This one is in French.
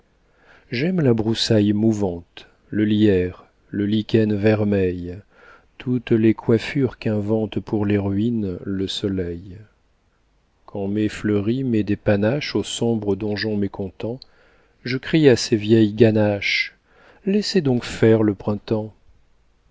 j'aime la broussaille mouvante le lierre le lichen vermeil toutes les coiffures qu'invente pour les ruines le soleil quand mai fleuri met des panaches aux sombres donjons mécontents je crie à ces vieilles ganaches laissez donc faire le printemps